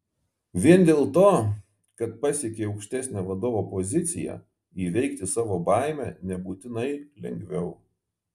vien dėl to kad pasiekei aukštesnę vadovo poziciją įveikti savo baimę nebūtinai lengviau